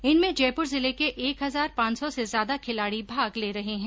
इनमें जयपुर जिले के एक हजार पांच सौ से ज्यादा खिलाड़ी भाग ले रहे है